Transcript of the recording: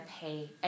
pay